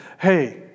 hey